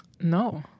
No